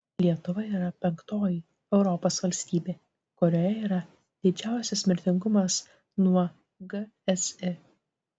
lietuva yra penktoji europos valstybė kurioje yra didžiausias mirtingumas nuo gsi